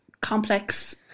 complex